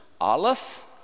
Aleph